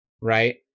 right